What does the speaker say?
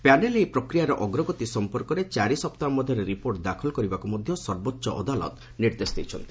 panel ଏହି ପ୍ରକ୍ୟିୟାର ଅଗ୍ରଗତି ସମ୍ପର୍କରେ ଚାରି ସପ୍ତାହ ମଧ୍ୟରେ ରିପୋର୍ଟ ଦାଖଲ କରିବାକୁ ମଧ୍ୟ ସର୍ବୋଚ୍ଚ ଅଦାଲତ ନିର୍ଦ୍ଦେଶ ଦେଇଛନ୍ତି